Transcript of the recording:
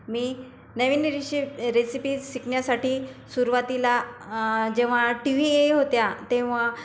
मी नवीन रेशी रेसिपीज शिकण्यासाठी सुरूवातीला जेव्हा टी वी होत्या तेव्हा